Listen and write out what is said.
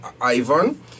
Ivan